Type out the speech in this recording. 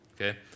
Okay